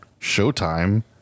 showtime